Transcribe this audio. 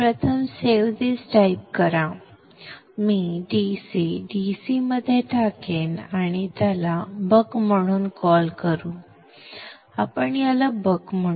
येथे प्रथम save this type करा मी DC DC मध्ये टाकेन आणि त्याला बक म्हणून कॉल करू द्या Refer Time 0044 आपण याला बक म्हणू